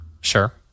Sure